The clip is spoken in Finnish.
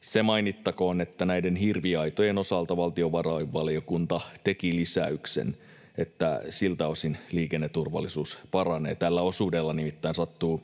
Se mainittakoon, että hirviaitojen osalta valtiovarainvaliokunta teki lisäyksen, että siltä osin liikenneturvallisuus paranee. Tällä osuudella nimittäin sattuu